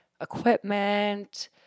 Equipment